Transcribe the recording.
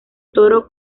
toro